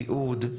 תיעוד,